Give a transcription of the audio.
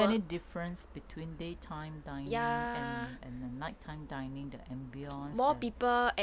is there any difference between daytime dining and and the nighttime dining the ambiance an~